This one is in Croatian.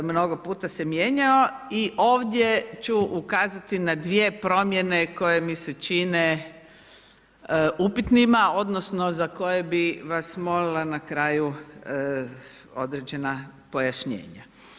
Mnogo puta se mijenjao i ovdje ću ukazati na 2 promjene koje mi se čine upitanima, odnosno, za koje bi vas molila na kraju određena pojašnjenja.